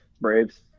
Braves